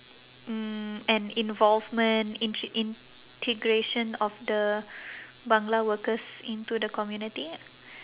mm and involvement in~ integration of the bangla workers into the community